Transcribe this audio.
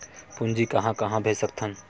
पूंजी कहां कहा भेज सकथन?